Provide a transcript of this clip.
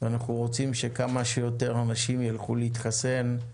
ואנחנו רוצים שכמה שיותר אנשים ילכו להתחסן.